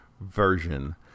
version